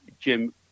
Jim